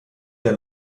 der